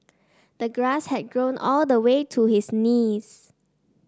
the grass had grown all the way to his knees